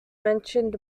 mentioned